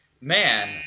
man